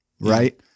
right